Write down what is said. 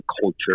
culture